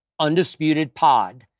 UndisputedPod